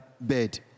bed